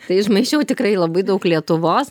tai išmaišiau tikrai labai daug lietuvos